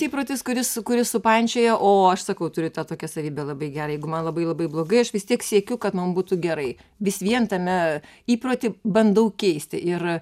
įprotis kuris kuris supančioja o aš sakau turiu tą tokią savybę labai gerą jeigu man labai labai blogai aš vis tiek siekiu kad man būtų gerai vis vien tame įprotį bandau keisti ir